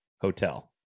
hotel